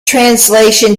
translation